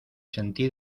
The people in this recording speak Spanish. sentí